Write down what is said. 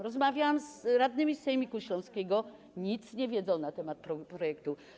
Rozmawiałam z radnymi z sejmiku śląskiego, nic nie wiedzą na temat projektu.